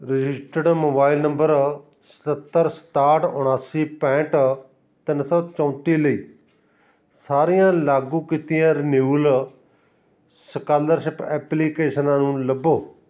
registered mobile number ਸਤੱਤਰ ਸਤਾਹਠ ਉਣਾਸੀ ਪੈਂਹਠ ਤਿੰਨ ਸੌ ਚੌਂਤੀ ਲਈ ਸਾਰੀਆਂ ਲਾਗੂ ਕੀਤੀਆਂ ਰਿਨਿਊਲ ਸਕਾਲਰਸ਼ਿਪ ਐਪਲੀਕੇਸ਼ਨਾਂ ਨੂੰ ਲੱਭੋ